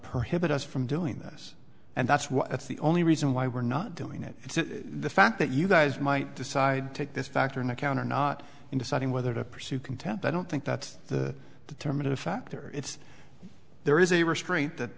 hit us from doing this and that's what that's the only reason why we're not doing it and the fact that you guys might decide to take this factor in account or not in deciding whether to pursue contempt i don't think that's the determinative factor it's there is a restraint that